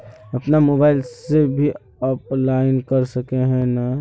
अपन मोबाईल से भी अप्लाई कर सके है नय?